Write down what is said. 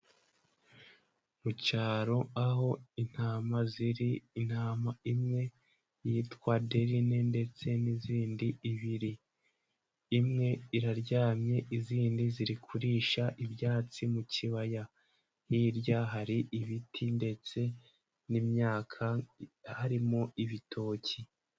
Mu cyaro aho intama ziri. Intama imwe yitwa deline ndetse n'izindi ebyiri. Imwe iraryamye, izindi ziri kurisha ibyatsi mu kibaya. Hirya hari ibiti ndetse n'imyaka. Harimo ibitoki.